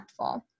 impactful